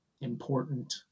important